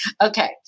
okay